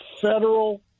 federal